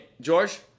george